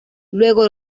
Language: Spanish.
luego